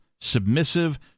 submissive